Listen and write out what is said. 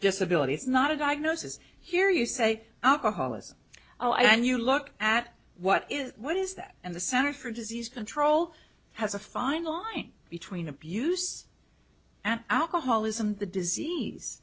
disability not a diagnosis here you say alcoholism oh and you look at what is what is that and the center for disease control has a fine line between abuse and alcoholism the disease